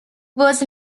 was